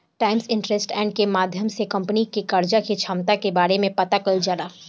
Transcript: times interest earned के माध्यम से कंपनी के कर्जा के क्षमता के बारे में पता कईल जाला